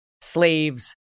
slaves